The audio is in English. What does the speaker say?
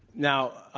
now,